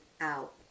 out